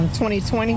2020